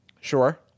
Sure